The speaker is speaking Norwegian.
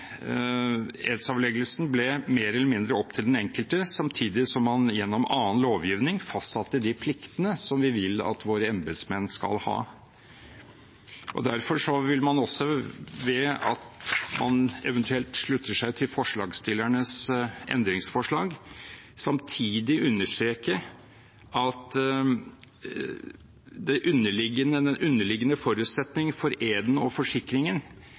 edsavleggelsen ble mer eller mindre opp til den enkelte, samtidig som man gjennom annen lovgivning fastsatte de pliktene som vi vil at våre embetsmenn skal ha. Derfor vil man også ved at man eventuelt slutter seg til forslagsstillernes endringsforslag, samtidig understreke at den underliggende forutsetning for eden og forsikringen